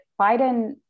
Biden